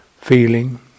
Feeling